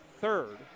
third